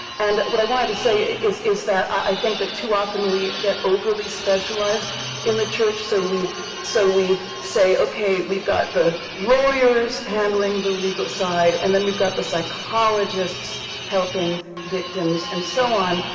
and what i wanted to say is is that i think that too often we get overly specialized in the church. so we so we say, okay, we've got the lawyers handling the legal side and then we've got the psychologists helping victims, and so on.